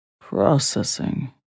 Processing